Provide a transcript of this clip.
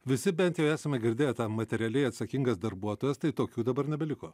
visi bent jau esame girdėję tą materialiai atsakingas darbuotojas tai tokių dabar nebeliko